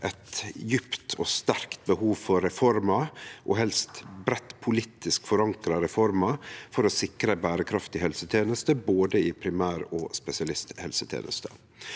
eit djupt og sterkt behov for reformer – og helst breitt politisk forankra reformer – for å sikre berekraftige helsetenester i både primær- og spesialisthelsetenesta.